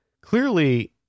clearly